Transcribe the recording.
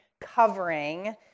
covering